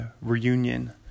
reunion